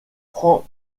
prend